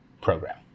program